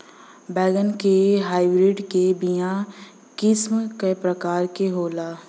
बैगन के हाइब्रिड के बीया किस्म क प्रकार के होला?